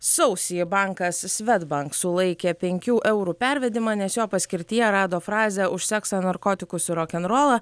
sausį bankas svedbank sulaikė penkių eurų pervedimą nes jo paskirtyje rado frazę už seksą narkotikus ir rokenrolą